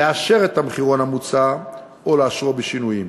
לאשר את המחירון המוצע, או לאשרו בשינויים.